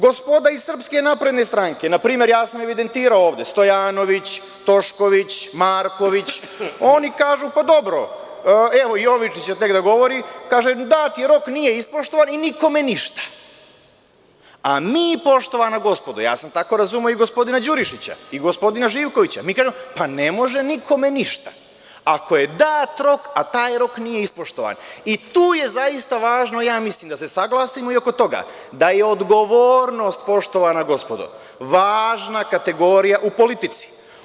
Gospoda iz SNS, na primer, ja sam evidentirao ovde, Stojanović, Tošković, Marković, oni kažu – pa, dobro, evo Jovičić će tek da govori, kaže – dat je rok, nije ispoštovan i nikome ništa, a mi, poštovana gospodo, ja sam tako razumeo i gospodina Đurišića i gospodina Živkovića, mi kažemo –pa, ne može nikome ništa, ako je dat rok, ako taj rok nije ispoštovan i tu je zaista važno, mislim, da se saglasimo i oko toga da je odgovornost, poštovana gospodo, važna kategorija u politici.